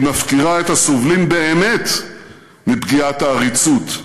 היא מפקירה את הסובלים באמת מפגיעת העריצות,